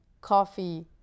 coffee